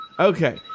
Okay